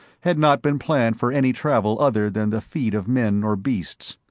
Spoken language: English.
had not been planned for any travel other than the feet of men or beasts.